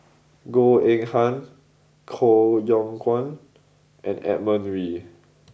Goh Eng Han Koh Yong Guan and Edmund Wee